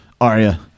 Arya